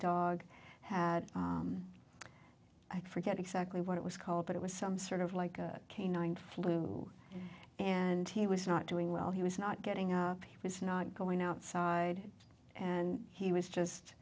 dog had i forget exactly what it was called but it was some sort of like a canine flu and he was not doing well he was not getting up he was not going outside and he was just